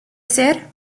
ser